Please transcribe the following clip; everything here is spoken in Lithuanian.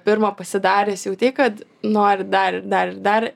pirmą pasidaręs jautei kad nori dar ir dar ir dar